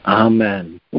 Amen